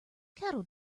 kettle